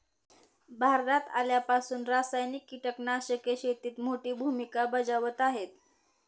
भारतात आल्यापासून रासायनिक कीटकनाशके शेतीत मोठी भूमिका बजावत आहेत